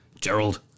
Gerald